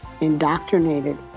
indoctrinated